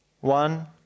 one